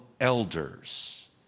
elders